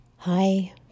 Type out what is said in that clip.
Hi